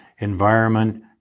Environment